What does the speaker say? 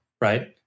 right